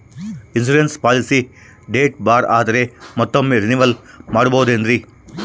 Insurance policy date ಬಾರ್ ಆದರೆ ಮತ್ತೊಮ್ಮೆ ರಿನಿವಲ್ ಮಾಡಬಹುದ್ರಿ?